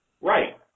Right